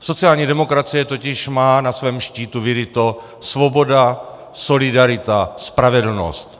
Sociální demokracie totiž má na svém štítu vyryto svoboda, solidarita, spravedlnost.